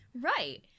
Right